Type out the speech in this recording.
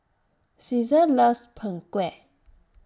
Ceasar loves Png Kueh